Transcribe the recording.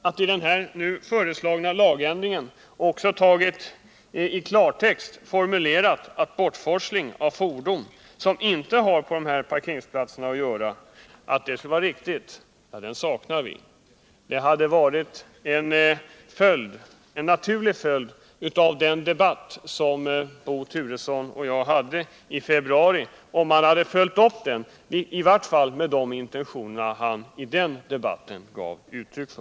Vi saknar att det i klartext uttrycks att fordon som inte har på dessa parkeringsplatser att göra inte heller får stå där. Det hade varit en naturlig följd av den debatt som Bo Turesson och jag förde i februari, om han hade följt upp den diskussionen — i varje fall med tanke på de intentioner han i den debatten gav uttryck åt.